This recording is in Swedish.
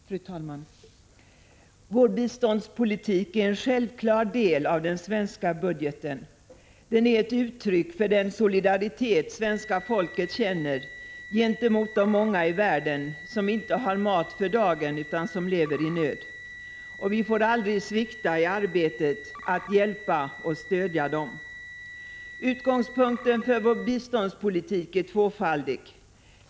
Fru talman! Vårt bistånd till fattiga länder är en självklar del av den svenska budgeten. Det är ett uttryck för den solidaritet svenska folket känner gentemot de många i världen som inte har mat för dagen utan som lever i nöd. Vi får aldrig svikta i arbetet att hjälpa och stödja dem. Utgångspunkten för vår biståndspolitik är tvåfaldig.